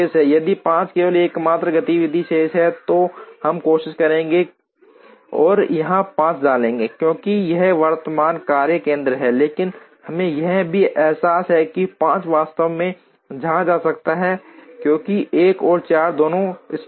यदि 5 केवल एकमात्र गतिविधि शेष है तो हम कोशिश करेंगे और यहां 5 डालेंगे क्योंकि यह वर्तमान कार्य केंद्र है लेकिन हमें यह भी एहसास है कि 5 वास्तव में यहां जा सकते हैं क्योंकि 1 और 4 दोनों संतुष्ट हैं